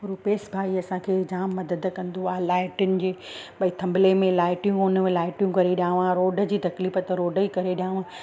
रूपेश भाई असांखे जाम मदद कंदो आहे लाइटियुनि जी भई थम्बले में लाइटियूं कोन्हनि हुन में लाइटियूं करे ॾियाव रोड जी तकलीफ़ त रोड जी करे ॾियाव